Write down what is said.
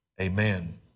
amen